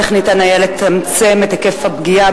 איך ניתן היה לצמצם את היקף הפגיעה,